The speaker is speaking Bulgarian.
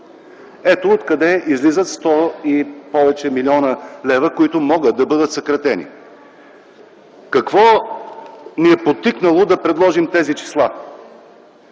Ето откъде излизат повече от 100 млн. лв., които могат да бъдат съкратени. Какво ни е подтикнало да предложим тези числа?